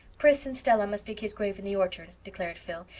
pris and stella must dig his grave in the orchard, declared phil,